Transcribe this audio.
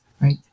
right